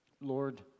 Lord